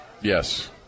Yes